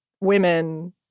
women